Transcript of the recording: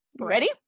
ready